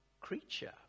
creature